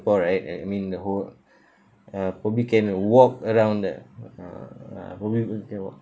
right I I mean the whole uh probably can walk around the uh uh probably we can walk